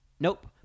nope